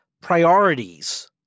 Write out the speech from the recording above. priorities